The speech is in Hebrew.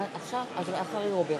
עבדאללה אבו מערוף,